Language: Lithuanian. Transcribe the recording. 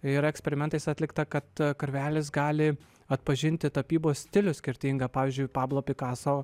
yra eksperimentais atlikta kad karvelis gali atpažinti tapybos stilių skirtingą pavyzdžiui pablo picasso